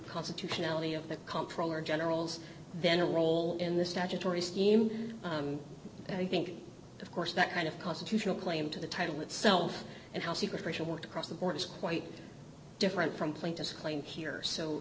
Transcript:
constitutionality of the comptroller general then a role in the statutory scheme and i think of course that kind of constitutional claim to the title itself and how secret racial worked across the board is quite different from plaintiffs claim here so